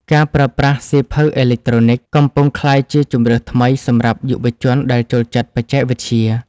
ការប្រើប្រាស់ សៀវភៅអេឡិចត្រូនិក កំពុងក្លាយជាជម្រើសថ្មីសម្រាប់យុវជនដែលចូលចិត្តបច្ចេកវិទ្យា។